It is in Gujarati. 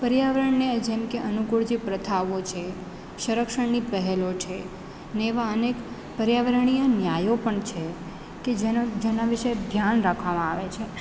પર્યાવરણને જેમકે અનુકૂળ જે પ્રથાઓ છે સંરક્ષણની પહેલો છે ને એવા અનેક પર્યાવરણીય ન્યાયો પણ છે કે જેનો જેના વિશે ધ્યાન રાખવામાં આવે છે